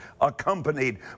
accompanied